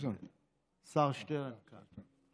השר שטרן כאן.